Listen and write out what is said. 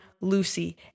lucy